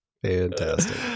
Fantastic